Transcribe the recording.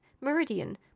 Meridian